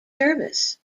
service